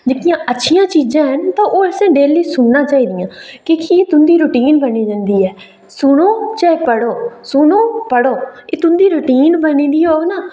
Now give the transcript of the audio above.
जेहकियां अच्छियां चीजां हैन ओह् असें गी डेह्ल्ली सुनना चाहिदियां भी तुं'दी रुटीन बनी जंदी ऐ सुनो चाहे पढ़ो सुनो पढ़ो एह् तुं'दी रुटीन बनी दी होग ना